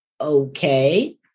Okay